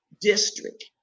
district